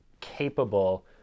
capable